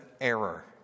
error